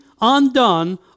undone